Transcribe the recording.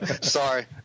Sorry